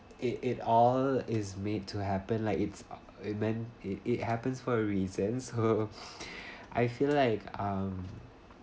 it it all is made to have but like it's uh it meant it it happens for a reasons I feel like um